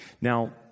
Now